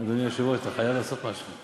אדוני היושב-ראש, אתה חייב לעשות משהו.